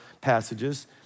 passages